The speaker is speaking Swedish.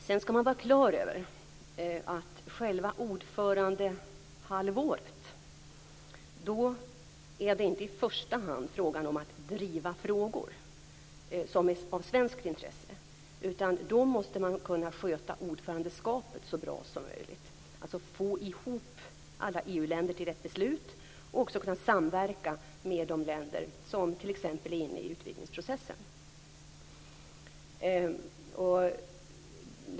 Sedan skall man vara klar över att under själva ordförandehalvåret är det inte i första hand fråga om att driva frågor som är av svenskt intresse, utan då måste man kunna sköta ordförandeskapet så bra som möjligt - alltså få ihop alla EU-länder till ett beslut och samverka med de länder som är inne i utvidgningsprocessen.